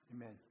Amen